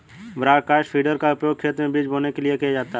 broadcast feeder का उपयोग खेत में बीज बोने के लिए किया जाता है